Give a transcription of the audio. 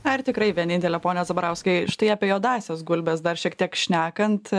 ar tikrai vienintelė pone zabarauskai štai apie juodąsias gulbes dar šiek tiek šnekant